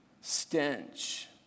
stench